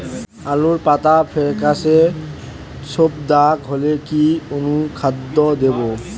আলুর পাতা ফেকাসে ছোপদাগ হলে কি অনুখাদ্য দেবো?